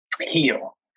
heal